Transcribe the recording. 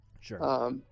Sure